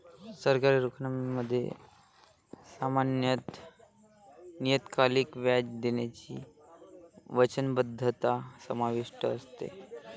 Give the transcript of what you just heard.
सरकारी रोख्यांमध्ये सामान्यत नियतकालिक व्याज देण्याची वचनबद्धता समाविष्ट असते